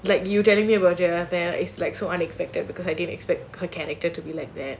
like you telling me about jarabel is like so unexpected because I didn't expect her character to be like that